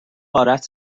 غارت